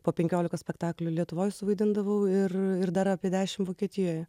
po penkiolika spektaklių lietuvoj suvaidindavau ir ir dar apie dešim vokietijoj